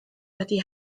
wedi